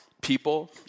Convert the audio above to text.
people